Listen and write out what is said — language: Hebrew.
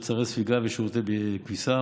מוצרי ספיגה ושירותי כביסה.